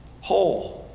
whole